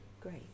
Great